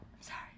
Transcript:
sorry